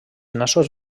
nassos